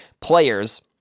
players